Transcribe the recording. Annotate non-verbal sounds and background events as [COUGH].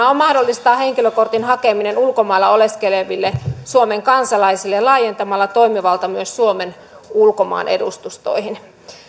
[UNINTELLIGIBLE] on mahdollistaa henkilökortin hakeminen ulkomailla oleskeleville suomen kansalaisille laajentamalla toimivaltaa myös suomen ulkomaan edustustoihin